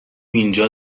اینجا